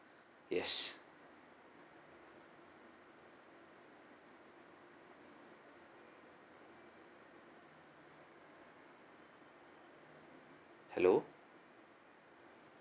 yes hello